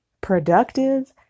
productive